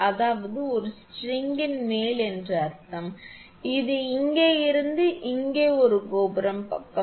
அதாவது இது ஸ்ட்ரிங்ன் மேல் என்று அர்த்தம் இது இங்கிருந்து இங்கே ஒரு கோபுரப் பக்கம்